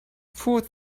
foot